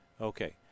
Okay